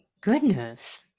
Goodness